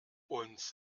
uns